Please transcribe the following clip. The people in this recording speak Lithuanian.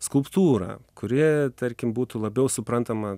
skulptūrą kuri tarkim būtų labiau suprantama